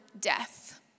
death